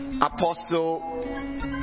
Apostle